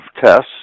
tests